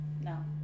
No